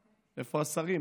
איפה השרים?